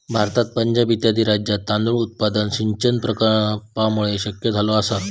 भारतात पंजाब इत्यादी राज्यांत तांदूळ उत्पादन सिंचन प्रकल्पांमुळे शक्य झाले आसा